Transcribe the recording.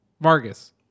Vargas